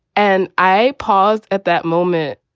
and i paused at that moment